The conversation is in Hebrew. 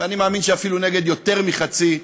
ואני מאמין שאפילו נגד יותר מחצי,